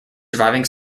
surviving